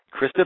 Krista